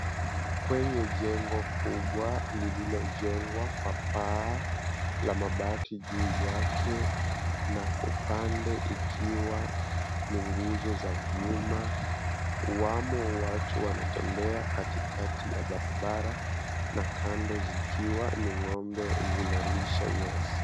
Kwenye jengo kubwa lililojengwa kwa paa la mabati juu yake na upande ikiwa ni nguzo za vyuma, wamo watu wanatembea katikati ya barabara na kando zikiwa ni ng'ombe zinalisha nyasi.